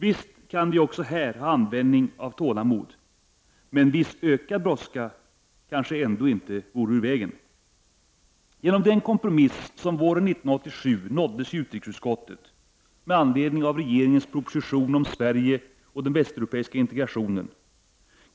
Visst har vi även här användning av tålamod, men viss ökad brådska kanske ändå inte vore ur vägen. Genom den kompromiss som våren 1987 nåddes i utrikesutskottet, med anledning av regeringens proposition om Sverige och den västeuropeiska integrationen,